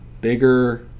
bigger